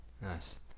Nice